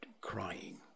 crying